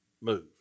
move